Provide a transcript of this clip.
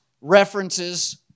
references